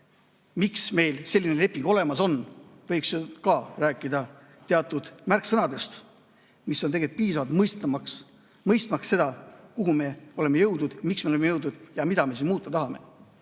miks meil selline leping olemas on, võiks ju ka rääkida teatud märksõnadest, mis on tegelikult piisavad, mõistmaks seda, kuhu me oleme jõudnud, miks me oleme jõudnud ja mida me muuta tahame.